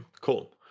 cool